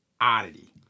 oddity